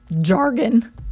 jargon